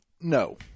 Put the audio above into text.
no